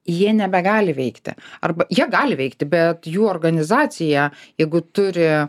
jie nebegali veikti arba jie gali veikti bet jų organizacija jeigu turi